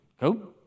go